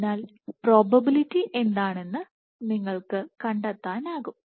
അതിനാൽ പ്രോബബിലിറ്റി എന്താണെന്ന് നിങ്ങൾക്ക് കണ്ടെത്താനാകും